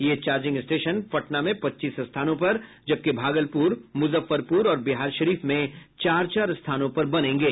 यह charging station Patna में पच्चीस स्थानों पर जबकि भागलपुर मुजफ्फरपुर और बिहारशरीफ में चार चार स्थानों पर बनेंगे